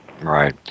Right